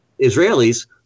Israelis